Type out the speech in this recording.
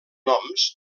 noms